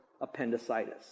appendicitis